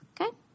Okay